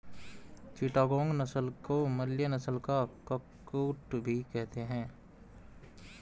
चिटागोंग नस्ल को मलय नस्ल का कुक्कुट भी कहते हैं